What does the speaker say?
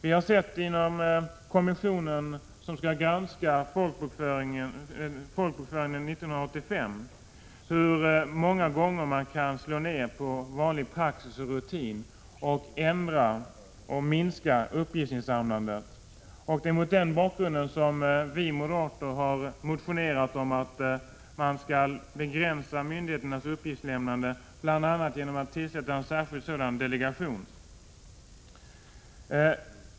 Vi har inom kommissionen som skall granska folkbokföringen 1985 sett hur man många gånger kan slå ned på vanlig praxis och rutin och ändra och minska uppgiftsinsamlandet. Det är mot den bakgrunden vi moderater har motionerat om att man skall begränsa myndigheternas uppgiftsinsamlande, bl.a. genom att tillsätta en särskild sådan delegation.